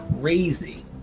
crazy